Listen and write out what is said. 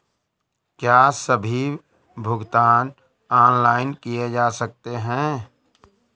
क्या सभी भुगतान ऑनलाइन किए जा सकते हैं?